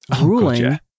Ruling